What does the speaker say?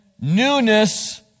newness